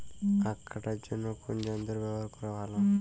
আঁখ কাটার জন্য কোন যন্ত্র ব্যাবহার করা ভালো?